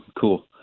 cool